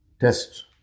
test